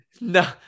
No